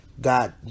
God